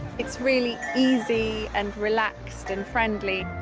it's really easy, and relaxed, and friendly.